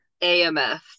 AMF